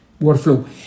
workflow